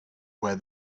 where